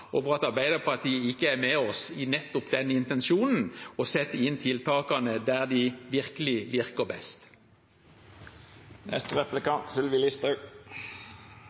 at Arbeiderpartiet ikke er med oss i nettopp den intensjonen og setter inn tiltakene der de virkelig virker best.